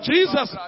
Jesus